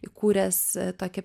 įkūręs tokį